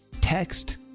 text